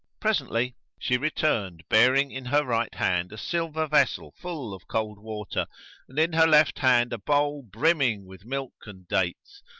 presently she returned bearing in her right hand a silver vessel full of cold water and in her left hand a bowl brimming with milk and dates,